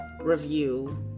review